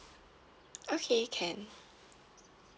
okay can